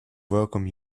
welcome